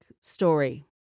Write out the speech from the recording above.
story